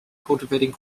cultivating